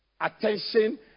attention